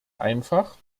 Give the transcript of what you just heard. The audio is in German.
einfach